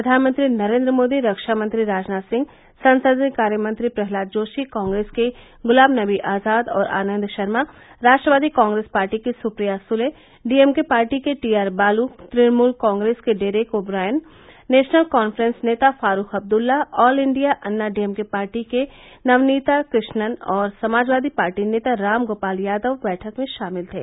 प्रधानमंत्री नरेन्द्र मोदी रक्षामंत्री राजनाथ सिंह संसदीय कार्यमंत्री प्रह्लाद जोशी कांग्रेस के गुलाम नवी आजाद और आनंद शर्मा राष्ट्रवादी कांग्रेस पार्टी की सुप्रिया सुले डीएमके पार्टी के टी आर बालू तृणमूल कांग्रेस के Derek O'Brien National Conference नेता Farooq Abdullah All India Anna DMK party के नवनीता कृष्णन और समाजवादी पार्टी नेता रामगोपाल यादव बैठक में शामिल थे